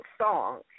song